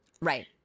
Right